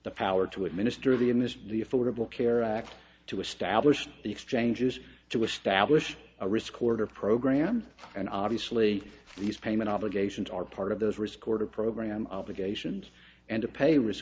the power to administer the in this the affordable care act to establish the exchanges to establish a risk order program and obviously these payment obligations are part of those risk or de program obligations and to pay ris